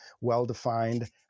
well-defined